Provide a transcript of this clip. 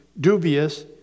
dubious